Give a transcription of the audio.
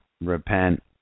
repent